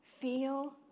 feel